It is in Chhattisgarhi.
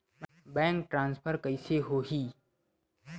बैंक ट्रान्सफर कइसे होही?